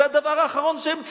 זה הדבר האחרון שהם צריכים.